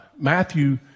Matthew